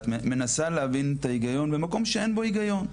את מנסה להבין את ההיגיון במקום שאין בו היגיון,